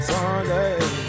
Sunday